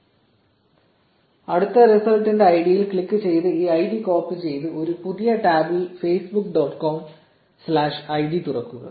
1318 അടുത്ത റിസൾട്ടിന്റെ ഐഡിയിൽ ക്ലിക്ക് ചെയ്ത് ഈ ഐഡി കോപ്പി ചെയ്ത് ഒരു പുതിയ ടാബിൽ Facebook dot com slash ID തുറക്കുക